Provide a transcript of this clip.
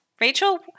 Rachel